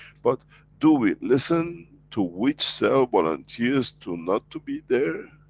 but do we listen to which cell volunteers to not to be there?